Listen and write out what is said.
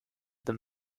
them